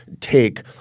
take